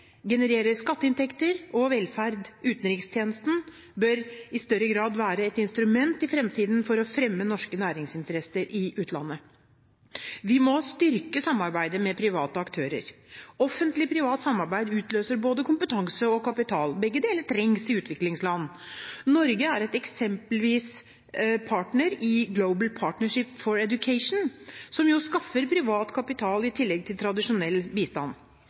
genererer skatteinntekter og velferd. Utenrikstjenesten bør i fremtiden i større grad være et instrument for å fremme norske næringsinteresser i utlandet. Vi må styrke samarbeidet med private aktører. Offentlig-privat samarbeid utløser både kompetanse og kapital – begge deler trengs i utviklingsland. Norge er eksempelvis partner i Global Partnership for Education, som skaffer privat kapital i tillegg til tradisjonell bistand.